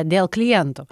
dėl klientų